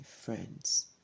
friends